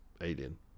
Alien